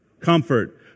Comfort